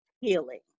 Healing